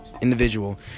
individual